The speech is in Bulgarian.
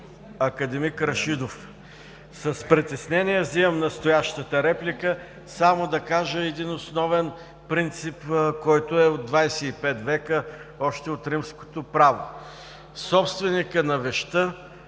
академик Рашидов! С притеснение вземам настоящата реплика само да кажа един основен принцип, който е от двадесет и пет века, още от Римското право: собственикът на вещта